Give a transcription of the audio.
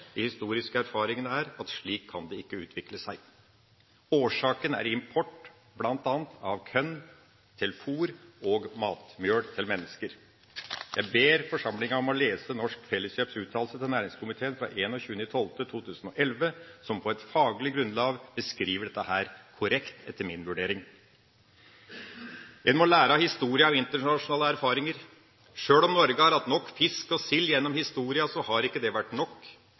De historiske erfaringene tilsier at slik kan det ikke utvikle seg. Årsaken er import bl.a. av korn til fôr og matmjøl til mennesker. Jeg ber forsamlingen om å lese Norske Felleskjøps uttalelse til næringskomiteen fra 21. desember 2011, som på et faglig grunnlag beskriver dette korrekt, etter min vurdering. En må lære av historien, av internasjonale erfaringer. Sjøl om Norge har hatt nok fisk og sild gjennom historien, har ikke det vært nok.